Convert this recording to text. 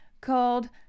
called